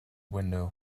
window